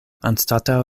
anstataŭ